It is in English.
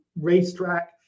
racetrack